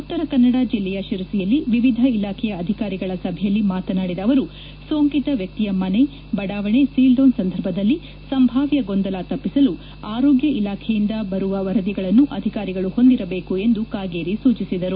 ಉತ್ತರ ಕನ್ನಡ ಜಿಲ್ಲೆಯ ಶಿರಸಿಯಲ್ಲಿ ವಿವಿಧ ಇಲಾಖೆಯ ಅಧಿಕಾರಿಗಳ ಸಭೆಯಲ್ಲಿ ಮಾತನಾಡಿದ ಅವರು ಸೋಂಕಿತ ವ್ಯಕ್ತಿಯ ಮನೆ ಬಡಾವಣೆ ಸೀಲ್ ಡೌನ್ ಸಂದರ್ಭದಲ್ಲಿ ಸಂಭಾವ್ಯ ಗೊಂದಲ ತಪ್ಪಿಸಲು ಆರೋಗ್ಯ ಇಲಾಖೆಯಿಂದ ಬರುವ ವರದಿಯನ್ನು ಅಧಿಕಾರಿಗಳು ಹೊಂದಿರಬೇಕು ಎಂದು ಕಾಗೇರಿ ಸೂಚಿಸಿದರು